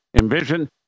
envision